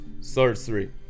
sorcery